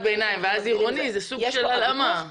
ביניים ואז עירוני אז זה סוג של הלאמה.